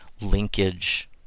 linkage